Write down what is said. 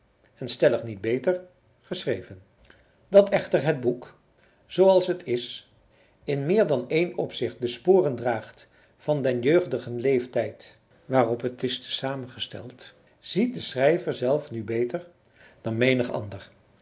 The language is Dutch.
en stellig niet beter geschreven dat echter het boek zooals het is in meer dan één opzicht de sporen draagt van den jeugdigen leeftijd waarop het is tezamengesteld ziet de schrijver zelf nu beter dan menig ander